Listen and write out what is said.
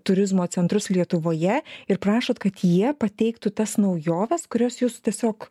turizmo centrus lietuvoje ir prašot kad jie pateiktų tas naujoves kurias jūs tiesiog